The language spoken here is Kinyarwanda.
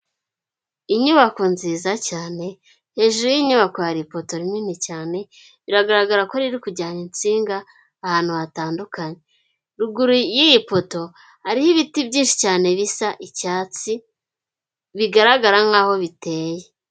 Inyubako nziza cyane, hejuru yinyubako hari ipoto rinini cyane, biragaragara ko riri kujyana insinga ahantu hatandukanye. Ruguru y'iripoto hariho ibiti byinshi cyane bisa icyatsi, bigaragara nkaho biteye.